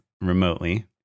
remotely